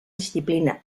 disciplina